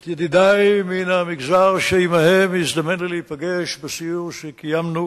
את ידידי מהמגזר שעמהם הזדמן לי להיפגש בסיור שקיימנו